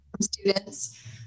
students